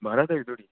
बारां तरीक धोड़ी